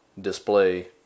display